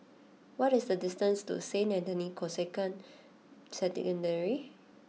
what is the distance to Saint Anthony's Canossian Secondary